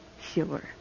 Sure